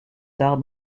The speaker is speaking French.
tard